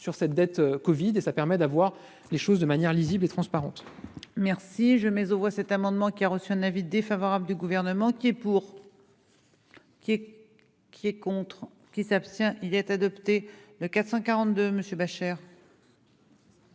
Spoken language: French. sur cette dette Covid et ça permet d'avoir les choses de manière lisible et transparente.